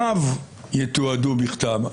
שנימוקיו יתועדו בכתב.